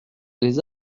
les